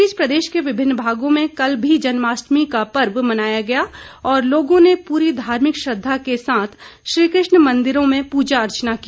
इस बीच प्रदेश के विभिन्न भागों में कल भी जन्माष्टमी का पर्व मनाया गया और लोगों ने पूरी धार्मिक श्रद्वा के साथ श्रीकृष्ण मदिरों में पूजा अर्चना की